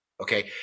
okay